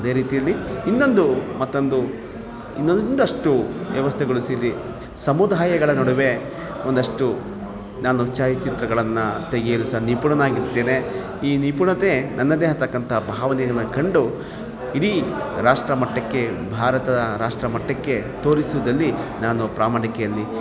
ಅದೇ ರೀತಿಯಲ್ಲಿ ಇನ್ನೊಂದು ಮತ್ತೊಂದು ಇನ್ನೊಂದಷ್ಟು ವ್ಯವಸ್ಥೆಗೊಳಿಸಿಲ್ಲಿ ಸಮುದಾಯಗಳ ನಡುವೆ ಒಂದಷ್ಟು ನಾನು ಛಾಯಾಚಿತ್ರಗಳನ್ನು ತೆಗೆಯಲು ಸಹ ನಿಪುಣನಾಗಿರ್ತೇನೆ ಈ ನಿಪುಣತೆ ನನ್ನದೇ ಆದಕ್ಕಂಥ ಭಾವನೆಯನ್ನು ಕಂಡು ಇಡೀ ರಾಷ್ಟ್ರಮಟ್ಟಕ್ಕೆ ಭಾರತ ರಾಷ್ಟ್ರಮಟ್ಟಕ್ಕೆ ತೋರಿಸುವುದಲ್ಲಿ ನಾನು ಪ್ರಮಾಣಿಕೆಯಲ್ಲಿ